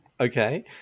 okay